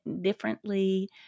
differently